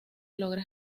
logra